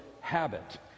habit